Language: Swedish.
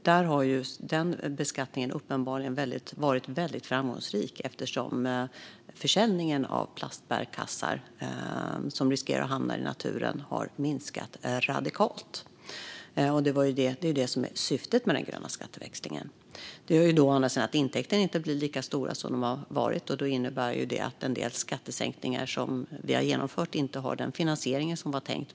Denna beskattning har uppenbarligen varit väldigt framgångsrik eftersom försäljningen av plastbärkassar som riskerar att hamna i naturen har minskat radikalt. Det är det som är syftet med den gröna skatteväxlingen. Det gör å andra sidan att intäkterna inte blir lika stora som de har varit, och det innebär att en del skattesänkningar som vi har genomfört inte har den finansiering som var tänkt.